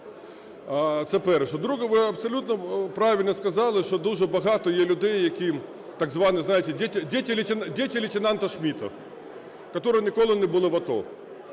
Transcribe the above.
Це перше. Друге. Ви абсолютно правильно сказали, що дуже багато є людей, які так звані, знаєте, "дети лейтенанта Шмидта", которі ніколи не були в АТО.